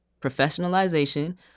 professionalization